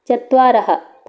चत्वारः